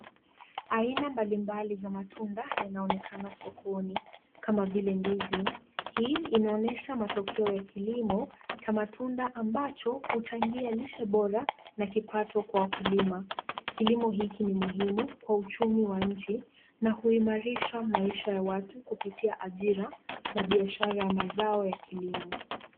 Aina mbalimbali za matunda yanaonekana sokoni, kama vile ndizi. Hii inaonyesha matokeo ya kilimo cha matunda ambacho huchangia lishe bora na kipato kwa wakulima. Kilimo hiki ni muhimu kwa uchumi wa nchi na huimarisha maisha ya watu kupitia ajira na biashara ya mazao ya kilimo.